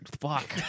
fuck